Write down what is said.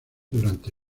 durante